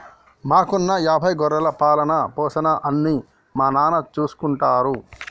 మాకున్న యాభై గొర్రెల పాలన, పోషణ అన్నీ మా నాన్న చూసుకుంటారు